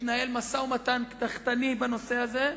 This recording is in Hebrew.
מתנהל משא-ומתן קדחתני בנושא הזה.